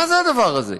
מה זה הדבר הזה?